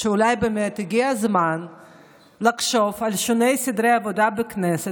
שאולי הגיע הזמן לחשוב על שינוי סדרי העבודה בכנסת.